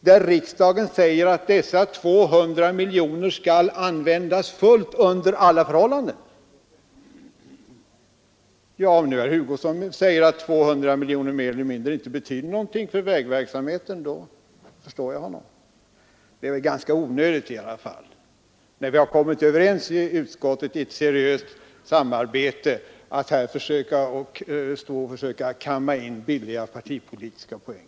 Men riksdagen säger nu att dessa 200 miljoner kronor skall användas fullt ut under alla förhållanden. — Om herr Hugosson menar att 200 miljoner mer eller mindre inte betyder någonting för vägverksamheten, då förstår jag hans argumentering — annars inte. När vi i ett seriöst samarbete i utskottet har kommit överens är det väl ändå ganska onödigt att här försöka kamma in billiga partipolitiska poäng.